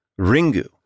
Ringu